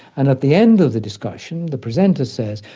and at the end of the discussion the presenter says,